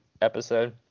episode